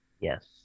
Yes